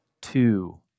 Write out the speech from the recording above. two